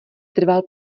trval